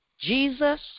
Jesus